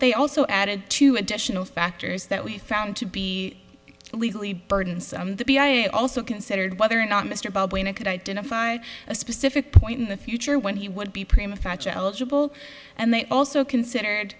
they also added two additional factors that we found to be legally burdensome to be i also considered whether or not mr baldwin i could identify a specific point in the future when he would be premature challengeable and they also considered